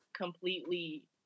completely